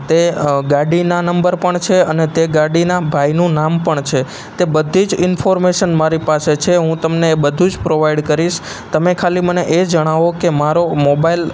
તે ગાડીના નંબર પણ છે અને તે ગાડીના ભાઈનું નામ પણ છે તે બધી જ ઇન્ફોર્મેશન મારી પાસે છે હું તમને એ બધું જ પ્રોવાઈડ કરીશ તમે ખાલી મને એ જણાવો કે મારો મોબાઈલ